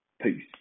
Peace